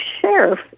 sheriff